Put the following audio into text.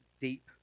deep